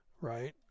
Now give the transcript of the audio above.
right